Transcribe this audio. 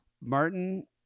Martin